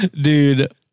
dude